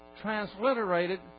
transliterated